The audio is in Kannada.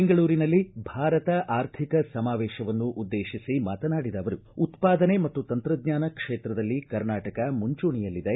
ಬೆಂಗಳೂರಿನಲ್ಲಿ ಭಾರತ ಆರ್ಥಿಕ ಸಮಾವೇಶವನ್ನು ಉದ್ದೇಶಿಸಿ ಮಾತನಾಡಿದ ಅವರು ಉತ್ಪಾದನೆ ಮತ್ತು ತಂತ್ರಜ್ಞಾನ ಕ್ಷೇತ್ರದಲ್ಲಿ ಕರ್ನಾಟಕ ಮುಂಚೂಣಿಯಲ್ಲಿದೆ